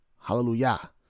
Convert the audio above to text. Hallelujah